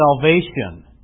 salvation